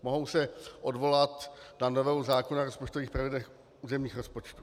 Mohou se odvolat na novelu zákona o rozpočtových pravidlech územních rozpočtů.